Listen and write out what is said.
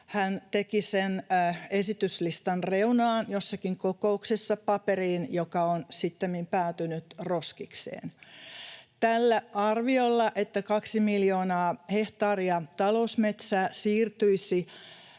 hän teki sen esityslistan reunaan jossakin kokouksessa — paperiin, joka on sittemmin päätynyt roskikseen. Tällä arviolla, että kaksi miljoonaa hehtaaria talousmetsää siirtyisi